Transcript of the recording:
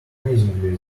amazingly